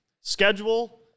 Schedule